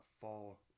fall